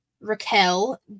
Raquel